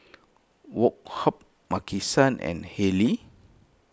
Woh Hup Maki San and Haylee